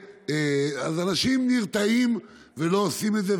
אז אנשים נרתעים ולא עושים את זה,